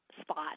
spot